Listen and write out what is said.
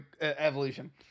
evolution